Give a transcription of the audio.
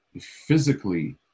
physically